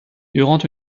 durant